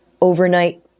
overnight